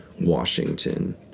Washington